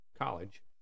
College